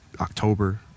October